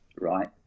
right